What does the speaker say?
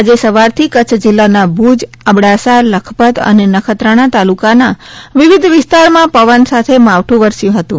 આજે સવારથી કચ્છ જિલ્લાના ભુજ અબડાસા લખપત અને નખત્રાણા તાલુકા ના વિવિધ વિસ્તારમાં પવન સાથે માવઠું વરસયું હતું